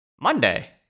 Monday